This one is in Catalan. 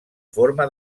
forma